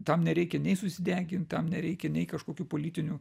tam nereikia nei susidegint tam nereikia nei kažkokių politinių